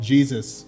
Jesus